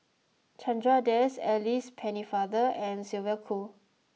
Chandra Das Alice Pennefather and Sylvia Kho